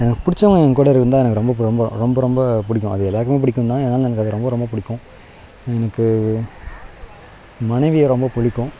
எனக்குப் பிடிச்சவங்க என் கூட இருந்தால் எனக்கு ரொம்ப பு ரொம்ப ரொம்ப ரொம்பப் பிடிக்கும் அது எல்லோருக்குமே பிடிக்குந்தான் இருந்தாலும் எனக்கு அது ரொம்ப ரொம்பப் பிடிக்கும் எனக்கு மனைவியை ரொம்பப் பிடிக்கும்